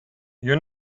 you